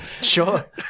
Sure